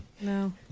No